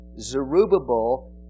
Zerubbabel